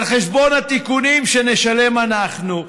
על חשבון התיקונים, שנשלם אנחנו.